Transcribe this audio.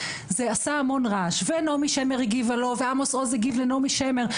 זה עשה המון רעש ונעמי שמר הגיבה לו ועמוס עוז הגיב לנעמי שמר,